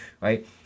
right